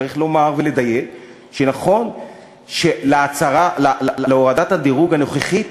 צריך לומר ולדייק, שנכון שלהורדת הדירוג הנוכחית